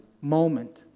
moment